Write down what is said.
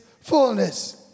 fullness